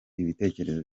ibitekerezo